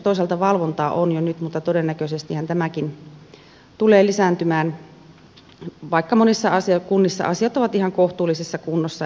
toisaalta valvontaa on jo nyt mutta todennäköisestihän tämäkin tulee lisääntymään vaikka monissa kunnissa asiat ovat ihan kohtuullisessa kunnossa